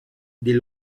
des